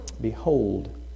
Behold